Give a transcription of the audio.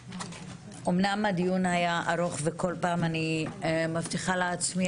אמנם הדיון היה ארוך וכל פעם אני מבטיחה לעצמי